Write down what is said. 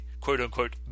quote-unquote